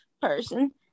person